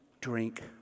drink